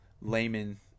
layman